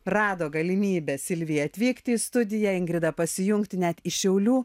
rado galimybę silvijai atvykti į studiją ingrida pasijungti net iš šiaulių